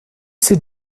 sit